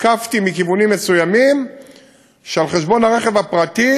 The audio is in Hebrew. הותקפתי מכיוונים מסוימים שעל חשבון הרכב הפרטי